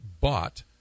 bought